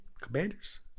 Commanders